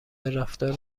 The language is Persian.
رفتار